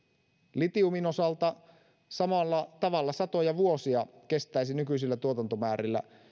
litiumin osalta samalla tavalla satoja vuosia kestäisi nykyisillä tuotantomäärillä